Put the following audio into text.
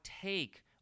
take